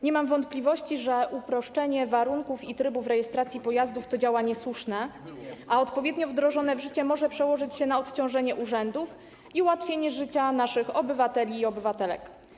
Nie mam wątpliwości, że uproszczenie warunków i trybów rejestracji pojazdów to działanie słuszne, a odpowiednio wdrożone w życie może przełożyć się na odciążenie urzędów i ułatwienie życia naszych obywateli i obywatelek.